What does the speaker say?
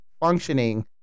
functioning